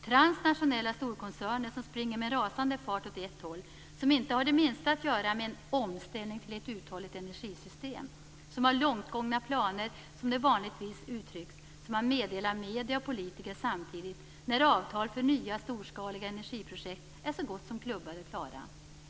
Transnationella storkoncerner som springer med en rasande fart åt ett håll, som inte har det minsta att göra med en "omställning till ett uthålligt energisystem", som har "långtgångna planer", som det vanligtvis uttrycks, som man meddelar medier och politiker samtidigt när avtal för nya storskaliga energiprojekt är så gott som klubbade och klara.